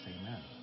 amen